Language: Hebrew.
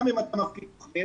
גם אם אתה מפקיד תכנית,